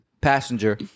passenger